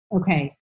okay